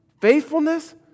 faithfulness